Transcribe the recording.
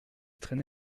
traîner